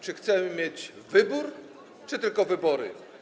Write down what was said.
Chcemy mieć wybór czy tylko wybory?